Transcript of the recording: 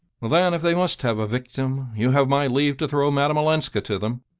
well, then, if they must have a victim, you have my leave to throw madame olenska to them,